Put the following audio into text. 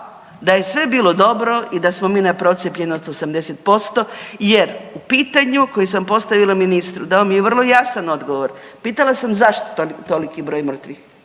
da je sve bilo dobro i da smo mi na procijepljenost 80% jer u pitanju koje sam postavila ministru dao mi je vrlo jasan odgovora. Pitala sam zašto toliki broj mrtvih,